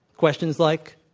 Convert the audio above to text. questions like,